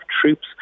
troops